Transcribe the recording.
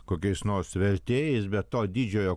kokiais nors vertėjais be to didžiojo